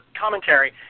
commentary